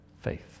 faith